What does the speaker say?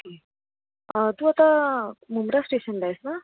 okay तू आता मुंब्रा स्टेशनला आहेस ना